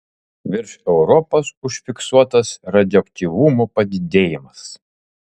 virš europos užfiksuotas radioaktyvumo padidėjimas